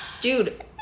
dude